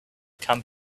come